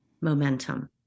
momentum